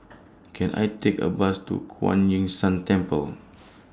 Can I Take A Bus to Kuan Yin San Temple